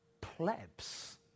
plebs